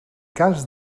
cas